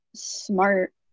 smart